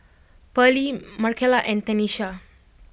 Pearley Marcella and Tenisha